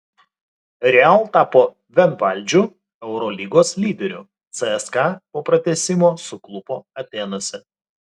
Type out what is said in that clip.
real tapo vienvaldžiu eurolygos lyderiu cska po pratęsimo suklupo atėnuose